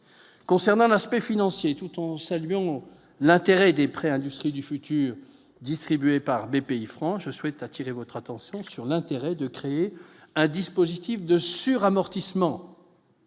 concernant l'aspect financier, toutes ont salué l'intérêt des prêts industries du futur, distribué par BPIFrance je souhaite attirer votre attention sur l'intérêt de créer un dispositif de sur-amortissement